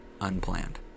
unplanned